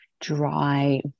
dry